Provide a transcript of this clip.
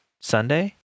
Sunday